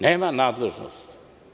Nema nadležnost.